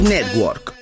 Network